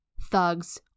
thugs